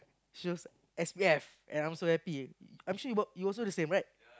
shows S_P_F and I was so happy I'm sure you were you were also the same right